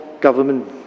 government